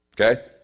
Okay